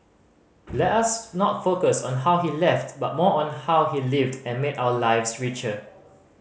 let us not focus on how he left but more on how he lived and made our lives richer